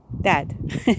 dad